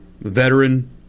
veteran